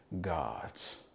gods